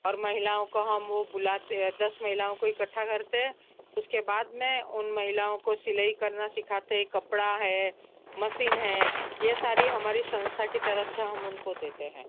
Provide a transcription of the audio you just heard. और महिलाओं को हम वो बुलाते हैं दस महिलाओं को इकट्ठा करते हैं उसके बाद में उन महिलाओं को सिलाई करना सिखाते हैं कपड़ा है मशीन है ये सारी हमारी संस्था की तरफ से हम उनको देते हैं